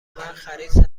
خرید